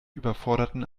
überforderten